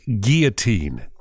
Guillotine